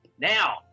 Now